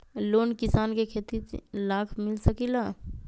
Loan किसान के खेती लाख मिल सकील?